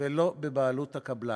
ולא בבעלות הקבלן.